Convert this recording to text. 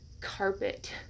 carpet